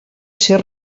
ser